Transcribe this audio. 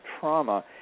trauma